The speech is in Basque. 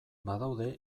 badaude